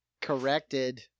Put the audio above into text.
Corrected